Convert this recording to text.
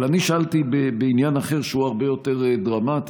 אבל אני שאלתי בעניין אחר, שהוא הרבה יותר דרמטי,